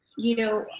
you know,